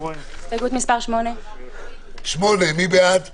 הסתייגות מס' 6. מי בעד ההסתייגות?